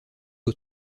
aux